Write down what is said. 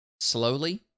Slowly